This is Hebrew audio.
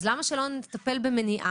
אז למה שלא נטפל במניעה,